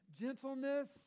gentleness